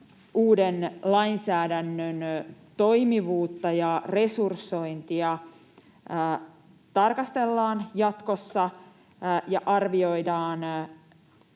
uuden lainsäädännön toimivuutta ja resursointia tarkastellaan jatkossa ja arvioidaan